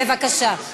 בבקשה.